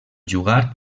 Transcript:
jugar